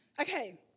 Okay